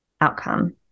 outcome